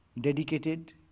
dedicated